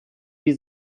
die